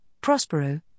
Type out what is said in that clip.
Prospero